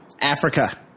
Africa